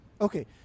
Okay